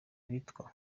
bitwa